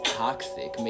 toxic